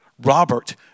Robert